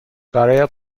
برایت